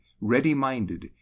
ready-minded